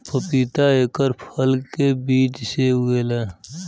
पपीता एकर फल के बीज से उगेला